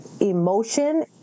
emotion